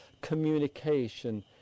communication